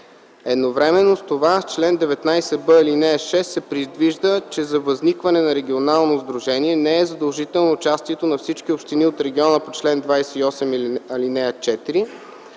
Едновременно с това с чл. 19б, ал. 6 се предвижда, че за възникване на регионално сдружение не е задължително участието на всички общини от региона по чл. 28, ал. 4,